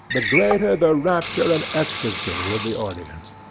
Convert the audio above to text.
the greater the rapture and ecstasy of the audience.